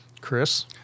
Chris